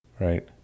Right